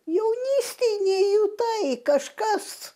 jaunystėj nejutai kažkas